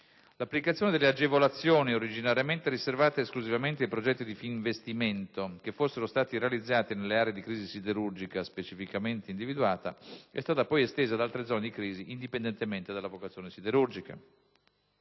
L'applicazione delle agevolazioni, originariamente riservata esclusivamente ai progetti dì investimento che fossero stati realizzati nelle aree di crisi siderurgica specificatamente individuate, è stata poi estesa ad altre zone di crisi indipendentemente dalla vocazione siderurgica.